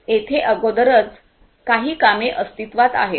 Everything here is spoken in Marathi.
येथे अगोदरच काही कामे अस्तित्त्वात आहेत